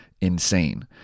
insane